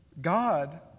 God